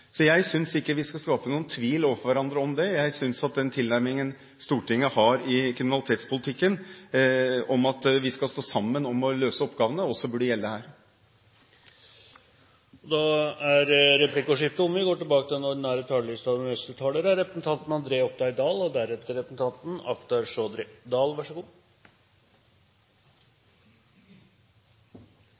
Jeg synes ikke vi skal skape noen tvil overfor hverandre om det. Jeg synes at den tilnærmingen Stortinget har i kriminalitetspolitikken, at vi skal stå sammen om å løse oppgavene, også burde gjelde her. Replikkordskiftet er dermed omme. Behandlingen av statsbudsjettet for 2012 preges av 22. juli, naturlig nok. Høyre slutter seg til det som er sagt, både her i dag og